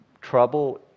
trouble